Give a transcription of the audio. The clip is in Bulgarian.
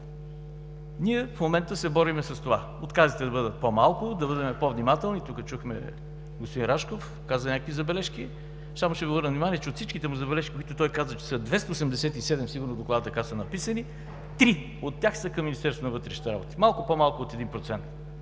Ние в момента се борим с това – отказите да бъдат по-малко, да бъдем по-внимателни. Тук чухме господин Рашков – каза някакви забележки. Само ще Ви обърна внимание, че от всичките му забележки, които той каза, че са 287 – сигурно в Доклада така са написани, три от тях са към Министерството на вътрешните работи, малко по-малко от 1%.